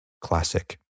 classic